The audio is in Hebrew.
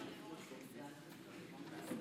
לסעיפים 1 4,